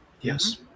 Yes